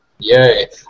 Yay